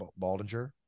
baldinger